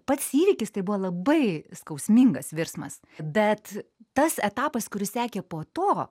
pats įvykis tai buvo labai skausmingas virsmas bet tas etapas kuris sekė po to